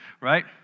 right